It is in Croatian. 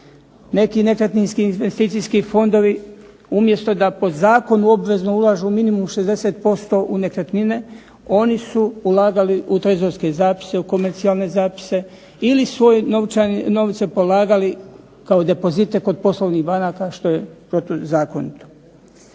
Neki nekretninski investicijski fondovi umjesto da po zakonu obvezno ulažu minimum 60% u nekretnine oni su ulagali u trezorske zapise, u komercijalne zapise ili svoje novce polagali kao depozite kod poslovnih banaka što je protuzakonito.